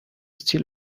steal